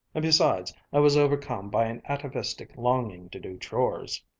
and besides, i was overcome by an atavistic longing to do chores.